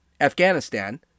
Afghanistan